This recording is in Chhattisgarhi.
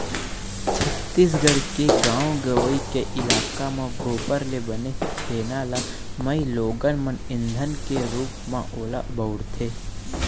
छत्तीसगढ़ के गाँव गंवई के इलाका म गोबर ले बने छेना ल माइलोगन मन ईधन के रुप म ओला बउरथे